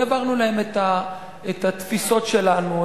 העברנו להם את התפיסות שלנו,